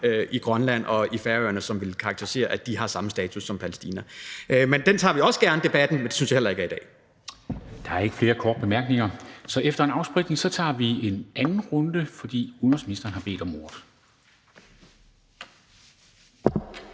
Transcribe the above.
i Grønland og i Færøerne, som ville karakterisere det sådan, at de har samme status som Palæstina. Men den debat tager vi også gerne, men det synes jeg heller ikke er i dag. Kl. 10:55 Formanden (Henrik Dam Kristensen): Der er ikke flere korte bemærkninger, så efter en afspritning tager vi en anden runde, fordi udenrigsministeren har bedt om ordet.